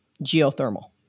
geothermal